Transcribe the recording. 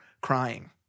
crying